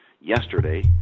Yesterday